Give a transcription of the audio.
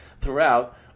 throughout